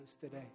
today